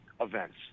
events